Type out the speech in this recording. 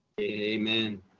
Amen